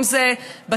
אם זה בצבא,